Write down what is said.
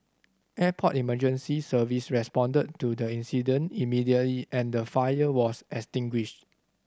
airport Emergency Service responded to the incident immediately and the fire was extinguished